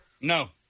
No